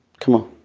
come on.